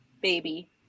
baby